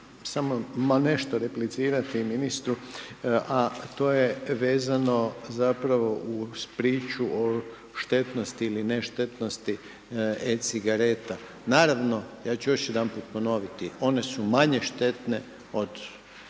ma nešto replicirati ministru, a to je vezano zapravo uz priču o štetnosti ili ne štetnosti e-cigareta. Naravno, ja ću još jedanput ponoviti one su manje štetne od